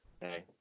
hey